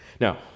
Now